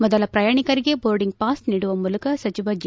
ಮೊದಲ ಪ್ರಯಾಣಿಕರಿಗೆ boarding pass ನೀಡುವ ಮೂಲಕ ಸಚಿವ ಜಿ